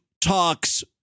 talks